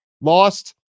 lost